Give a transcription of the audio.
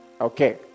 okay